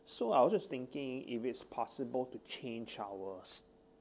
so I was just thinking if it's possible to change our